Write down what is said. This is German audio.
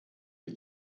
die